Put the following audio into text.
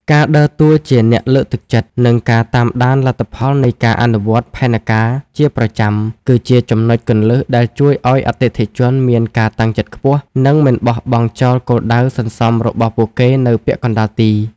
ការដើរតួជាអ្នកលើកទឹកចិត្ត និងការតាមដានលទ្ធផលនៃការអនុវត្តផែនការជាប្រចាំ គឺជាចំណុចគន្លឹះដែលជួយឱ្យអតិថិជនមានការតាំងចិត្តខ្ពស់ និងមិនបោះបង់ចោលគោលដៅសន្សំរបស់ពួកគេនៅពាក់កណ្ដាលទី។